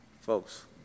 Folks